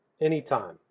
anytime